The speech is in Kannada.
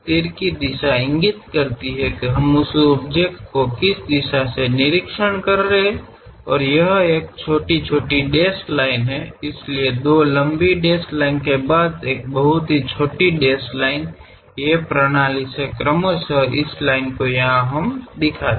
ಬಾಣಗಳು ಆ ದಿಕ್ಕಿನಲ್ಲಿ ತೋರಿಸುತ್ತಿವೆ ಮತ್ತು ಅಲ್ಲಿ ಸಣ್ಣ ಡ್ಯಾಶ್ಡ್ ರೇಖೆಗಳಿವೆ ಎಂಬುದನ್ನು ಗಮನಿಸಿ ಆದ್ದರಿಂದ ಎರಡು ಸಣ್ಣ ಡ್ಯಾಶ್ ರೇಖೆಗಳ ಮೂಲಕ ಉದ್ದವಾದ ಡ್ಯಾಶ್ ಹೋಗುತ್ತದೆ